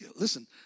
listen